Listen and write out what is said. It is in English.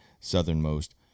southernmost